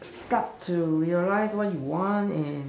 start to realize what you want and